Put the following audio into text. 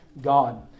God